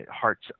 hearts